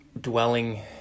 dwelling